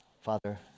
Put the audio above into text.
father